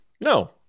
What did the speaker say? No